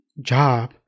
job